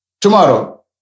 tomorrow